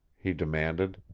he demanded.